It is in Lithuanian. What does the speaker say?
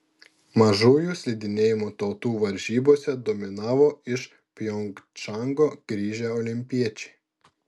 mažųjų slidinėjimo tautų varžybose dominavo iš pjongčango grįžę olimpiečiai